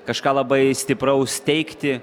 kažką labai stipraus steigti